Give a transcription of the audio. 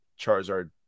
Charizard